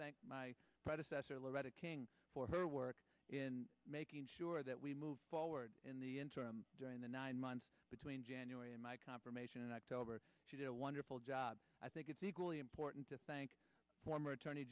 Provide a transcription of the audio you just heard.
thank my predecessor loretta king for her work in making sure that we move forward in the interim during the nine months between january and my confirmation in october she did a wonderful job i think it's equally important to thank former attorney